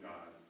God